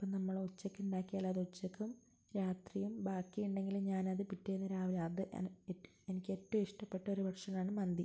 നമ്മൾ ഉച്ചയ്ക്ക് ഉണ്ടാക്കിയാൽ അത് ഉച്ചയ്ക്കും രാത്രിയും ബാക്കി ഉണ്ടെങ്കിലും ഞാൻ അത് പിറ്റേന്ന് രാവിലെ അത് എ എനിക്ക് ഏറ്റവും ഇഷ്ടപ്പെട്ട ഒരു ഭക്ഷണമാണ് മന്തി